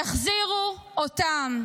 תחזירו אותם.